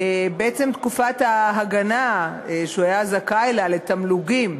בעצם תקופת ההגנה שהוא היה זכאי בה לתמלוגים,